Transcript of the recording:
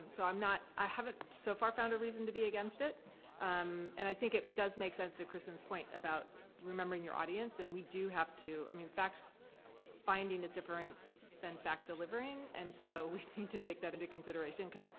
so i'm not. i haven't so far found a reason to be against it um and i think it does make sense to kristen's point about remembering your audience and we do have to. i mean, fact finding is different than fact delivering and so we need to take that into consideration, because,